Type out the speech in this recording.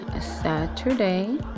Saturday